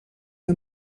های